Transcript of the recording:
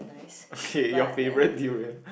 okay your favourite durian